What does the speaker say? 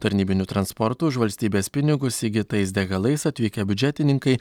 tarnybiniu transportu už valstybės pinigus įgytais degalais atvykę biudžetininkai